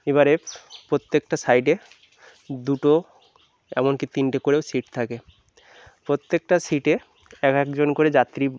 এবারে প্রত্যেকটা সাইডে দুটো এমনকি তিনটে করেও সিট থাকে প্রত্যেকটা সিটে এক একজন করে যাত্রী